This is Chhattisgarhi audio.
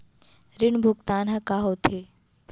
ऋण भुगतान ह का होथे?